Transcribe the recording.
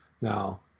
Now